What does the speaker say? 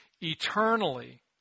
eternally